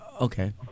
Okay